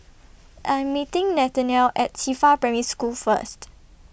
I'm meeting Nathaniel At Qifa Primary School First